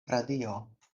radio